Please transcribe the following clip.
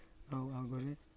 ଆଉ ଆଗରେ